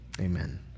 Amen